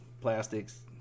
plastics